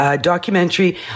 documentary